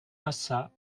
massat